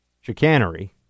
chicanery